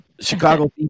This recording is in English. Chicago